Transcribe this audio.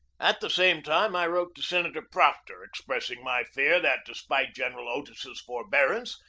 at the same time i wrote to senator proctor, ex pressing my fear that, despite general otis's forbear ance,